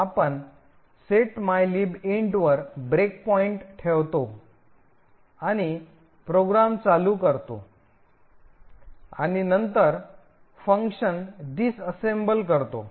आपण set mylib int वर breakpoint ठेवतो आणि प्रोग्राम चालू करतो आणि नंतर फंक्शन विभक्त करतो